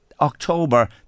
October